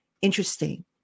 interesting